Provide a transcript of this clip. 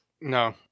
No